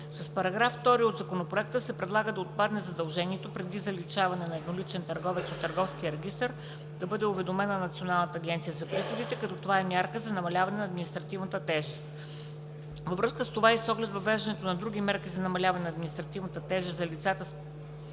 С § 2 от Законопроекта се предлага да отпадне задължението преди заличаване на едноличен търговец от търговския регистър да бъде уведомена Националната агенция за приходите, като това е мярка за намаляване на административната тежест. Във връзка с това и с оглед въвеждането и на други мерки за намаляване на административната тежест за лицата